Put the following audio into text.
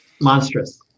monstrous